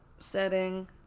setting